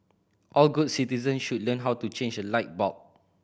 all good citizen should learn how to change a light bulb